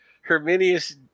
Herminius